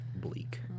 Bleak